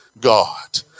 God